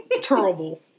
Terrible